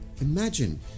Imagine